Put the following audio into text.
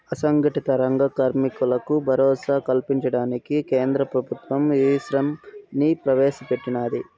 అసంగటిత రంగ కార్మికులకు భరోసా కల్పించడానికి కేంద్ర ప్రభుత్వం ఈశ్రమ్ ని ప్రవేశ పెట్టినాది